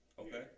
Okay